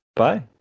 bye